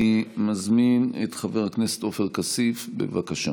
אני מזמין את חבר הכנסת עופר כסיף, בבקשה.